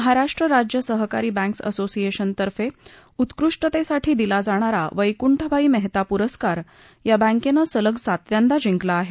महाराष्ट्र राज्य सहकारी बँक्स असोसिएशनतर्फे दिला जाणारा वैकुंठभाई मेहता पुरस्कार या बँकेनं सलग सातव्यांदा जिंकला आहे